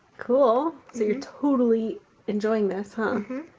cool! so you're totally enjoying this, huh?